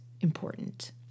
important